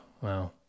Wow